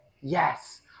Yes